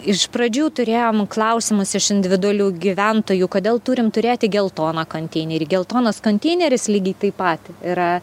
iš pradžių turėjom klausimus iš individualių gyventojų kodėl turim turėti geltoną konteinerį geltonas konteineris lygiai taip pat yra